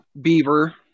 Beaver